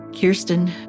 Kirsten